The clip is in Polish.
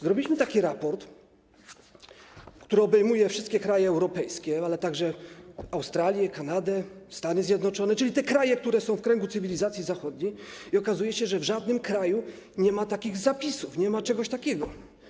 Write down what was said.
Zrobiliśmy taki raport, który obejmuje wszystkie kraje europejskie, a także Australię, Kanadę, Stany Zjednoczone, czyli te kraje, które są w kręgu cywilizacji zachodniej, i okazuje się, że w żadnym kraju nie ma takich zapisów, nie ma czegoś takiego.